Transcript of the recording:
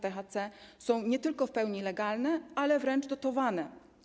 THC są nie tylko w pełni legalne, ale wręcz dotowane.